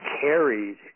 carried